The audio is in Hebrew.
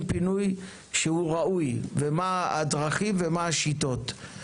פינוי שהוא ראוי ומה הדרכים ומה השיטות.